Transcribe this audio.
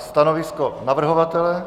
Stanovisko navrhovatele?